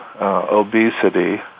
obesity